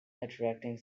attracting